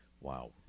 Wow